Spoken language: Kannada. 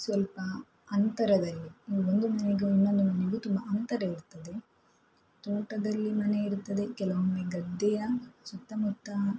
ಸ್ವಲ್ಪ ಅಂತರದಲ್ಲಿ ಒಂದು ಮನೆಗೂ ಇನ್ನೊಂದು ಮನೆಗೂ ತುಂಬ ಅಂತರ ಇರ್ತದೆ ತೋಟದಲ್ಲಿ ಮನೆ ಇರ್ತದೆ ಕೆಲವೊಮ್ಮೆ ಗದ್ದೆಯ ಸುತ್ತಮುತ್ತ